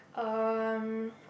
um